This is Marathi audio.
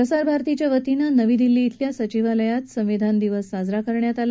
प्रसार भारतीच्या वतीनं नवी दिल्ली शिल्या मुख्यालयात संविधान दिवस साजरा केला गेला